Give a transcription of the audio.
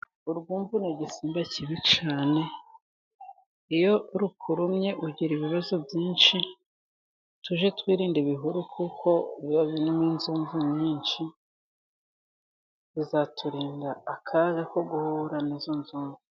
Urwumvu ni igisimba kibi cyane, iyo rukurumye ugira ibibazo byinshi, tujye twirinda ibihuru kuko biba birimo inzumvu nyinshi, bizaturinda akaga ko guhura nizo nzumvu.